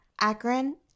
Akron